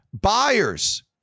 buyers